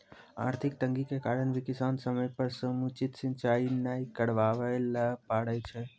आर्थिक तंगी के कारण भी किसान समय पर समुचित सिंचाई नाय करवाय ल पारै छै